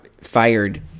fired